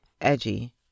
edgy